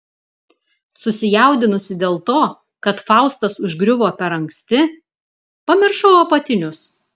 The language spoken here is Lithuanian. susijaudinusi dėl to kad faustas užgriuvo per anksti pamiršau apatinius